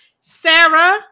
Sarah